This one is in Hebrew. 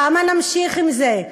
כמה נמשיך עם זה?